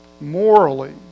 morally